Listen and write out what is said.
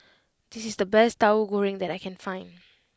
this is the best Tauhu Goreng that I can find